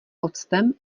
octem